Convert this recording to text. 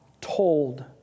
told